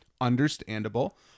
understandable